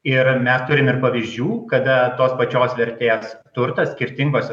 ir mes turim ir pavyzdžių kada tos pačios vertės turtas skirtingose